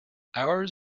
ours